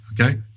Okay